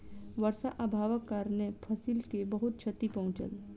वर्षा अभावक कारणेँ फसिल के बहुत क्षति पहुँचल